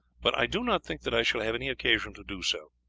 but i do not think that i shall have any occasion to do so.